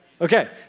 Okay